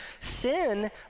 sin